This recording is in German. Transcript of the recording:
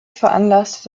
veranlasste